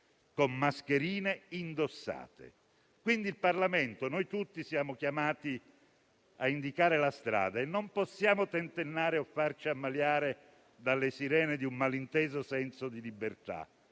con mascherine indossate. Il Parlamento e noi tutti siamo chiamati a indicare la strada e non possiamo tentennare o farci ammaliare dalle sirene di un malinteso senso di libertà.